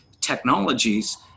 technologies